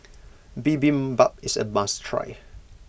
Bibimbap is a must try